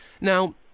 Now